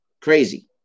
Crazy